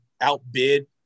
outbid